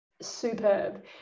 Superb